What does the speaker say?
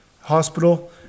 hospital